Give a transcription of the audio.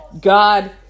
God